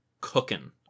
cooking